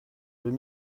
deux